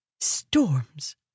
Storms